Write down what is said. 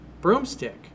broomstick